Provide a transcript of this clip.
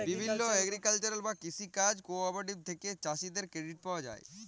বিভিল্য এগ্রিকালচারাল বা কৃষি কাজ কোঅপারেটিভ থেক্যে চাষীদের ক্রেডিট পায়া যায়